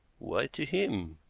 why to him?